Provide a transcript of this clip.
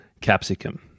capsicum